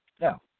Now